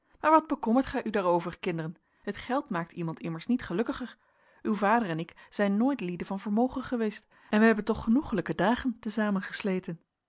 maar wat bekommert ge u daarover kinderen het geld maakt iemand immers niet gelukkiger uw vader en ik zijn nooit lieden van vermogen geweest en wij hebben toch genoeglijke dagen te